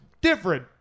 different